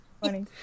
funny